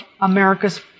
America's